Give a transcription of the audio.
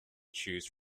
choose